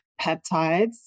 peptides